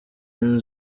inzu